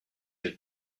your